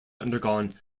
undergone